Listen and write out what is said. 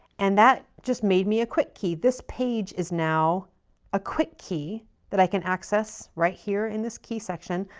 and that just made me a quick key. this page is now a quick key that i can access right here in this key section.